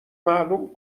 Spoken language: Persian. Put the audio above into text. معلوم